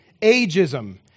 ageism